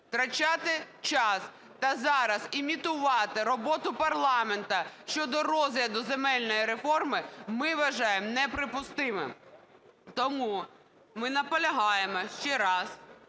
втрачати час та зараз імітувати роботу парламенту щодо розгляду земельної реформи ми вважаємо неприпустимим. Тому ми наполягаємо ще раз,